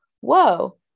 whoa